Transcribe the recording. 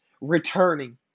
returning